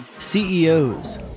CEOs